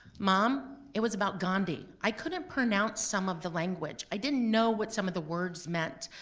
mom, it was about gandhi, i couldn't pronounce some of the language, i didn't know what some of the words meant.